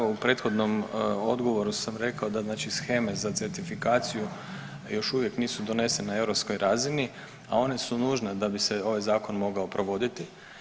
Pa evo u prethodnom odgovoru sam rekao da znači sheme za certifikaciju još uvijek nisu donesene na europskoj razini, a one su nužne da bi se ovaj zakon mogao provoditi.